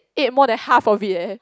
ate more than half of it eh